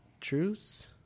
truce